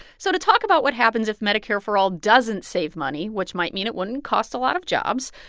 so to talk about what happens if medicare for all doesn't save money, which might mean it wouldn't cost a lot of jobs,